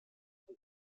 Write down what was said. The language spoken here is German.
von